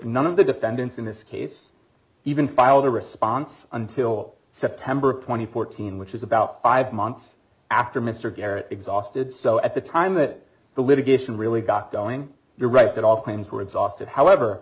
none of the defendants in this case even filed a response until september th scene which is about five months after mr garrett exhausted so at the time that the litigation really got going you're right that all claims were exhausted however